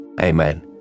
Amen